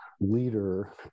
leader